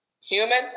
human